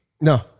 No